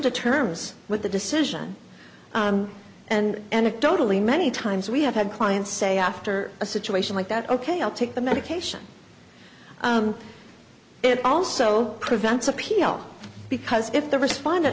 to terms with the decision and anecdotally many times we have had clients say after a situation like that ok i'll take the medication it also prevents appeal because if the responde